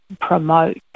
promote